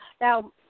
Now